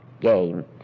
game